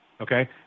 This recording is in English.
Okay